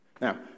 Now